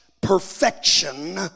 perfection